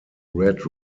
red